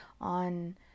on